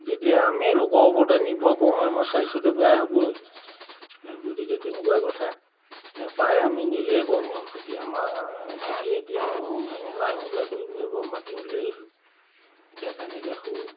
যেতিয়া আমি লোকৰ ওপৰতে নিৰ্ভৰ কৰোঁ আমাৰ স্বাস্থ্যটো বেয়া হ'বই আৰু গতিকে তেনেকুৱাই কথা আৰু প্ৰায় আমি নিজেই কৰোঁ বাৰু খেতি আমাৰ খেতি এতিয়াও আমি লাই মূলা কৰিবলৈ বাৰু মাটি উলিয়াইছোঁ এতিয়া তেনেকৈ সৌ